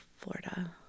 Florida